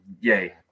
Yay